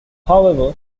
however